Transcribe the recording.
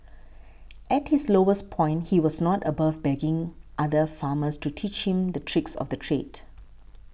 at his lowest point he was not above begging other farmers to teach him the tricks of the trade